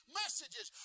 messages